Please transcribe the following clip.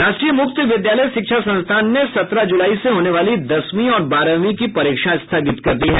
राष्ट्रीय मुक्त विद्यालय शिक्षा संस्थान ने सत्रह जुलाई से होने वाली दसवीं और बारहवीं की परीक्षा स्थगित कर दी है